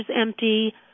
empty